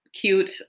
cute